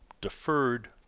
deferred